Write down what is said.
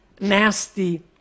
nasty